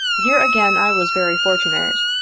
here again i was very fortunate,